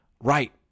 Right